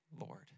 Lord